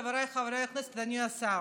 חבריי חברי הכנסת, אדוני השר,